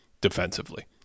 defensively